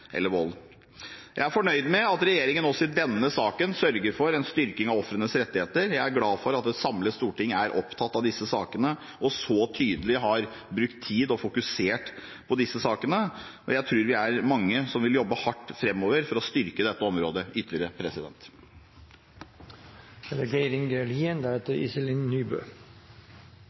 eller vold. Jeg er fornøyd med at regjeringen også i denne saken sørger for en styrking av ofrenes rettigheter. Jeg er glad for at et samlet storting er opptatt av disse sakene og så tydelig har brukt tid og fokusert på disse sakene, og jeg tror vi er mange som vil jobbe hardt framover for å styrke dette området ytterligere.